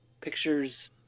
pictures